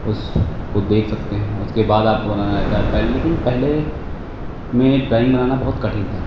उस को देख सकते हैं उसके बाद आपको बनाना रहता है पह लेकिन पहले में ड्राइंग बनाना बहुत कठिन था